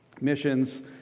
missions